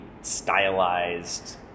stylized